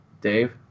Dave